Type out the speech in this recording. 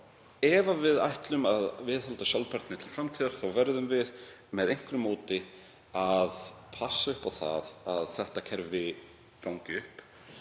ef við ætlum að viðhalda sjálfbærni til framtíðar verðum við með einhverju móti að passa upp á að þetta kerfi gangi upp.